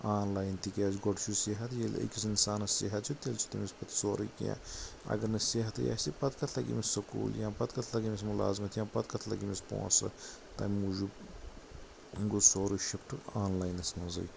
آن line تِکیازِ گوڈٕ چھُ صحت ییلہِ أکِس انسانس صحت چھُ تیلہِ چھُ تٔمِس پتہٕ سورٕے کیٛنٚہہ اگر نہٕ صحتٕے آسہِ پتہٕ کتھ لگہٕ تٔمِس سکوٗل یا پتہٕ کتھ لگہٕ تٔمس ملٲزمتھ یا پتہٕ کتھ لگہٕ تٔمِس پونسہٕ تمہٕ موٗجوٗب گوو سُورٕے شِفٹ آن لاینس منزٕٛے